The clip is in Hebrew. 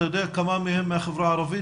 אתה יודע כמה מהם בחברה הערבית?